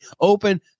open